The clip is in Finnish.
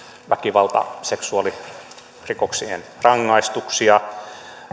väkivalta seksuaalirikoksien rangaistuksia